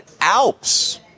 Alps